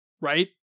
right